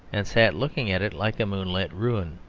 and sat looking at it like a moonlit ruin.